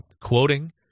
quoting